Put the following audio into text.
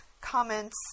comments